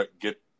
get